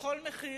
בכל מחיר,